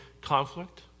conflict